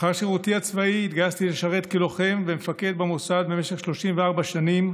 לאחר שירותי הצבאי התגייסתי לשרת כלוחם ומפקד במוסד במשך 34 שנים,